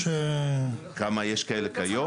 כמה כאלה יש כיום?